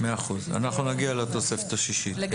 אנחנו נגיע לתוספת השישית.